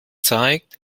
zeigt